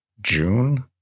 June